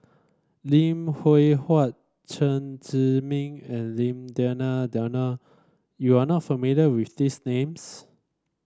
Lim Hwee Hua Chen Zhiming and Lim Denan Denon you are not familiar with these names